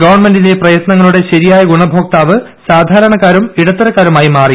ഗവൺമെന്റിന്റെ പ്രയത്നങ്ങളുടെ ശരിയായ ഗുണഭോക്താവ് സാധാരണക്കാരും ഇടത്തരക്കാരുമായി മാറി